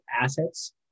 assets